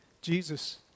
Jesus